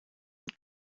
und